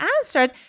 answered